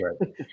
right